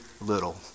little